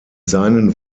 seinen